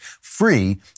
free